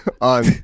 on